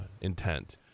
intent